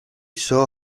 saw